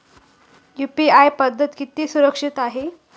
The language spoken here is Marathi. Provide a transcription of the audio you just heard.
यु.पी.आय पद्धत किती सुरक्षित आहे?